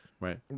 Right